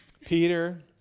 Peter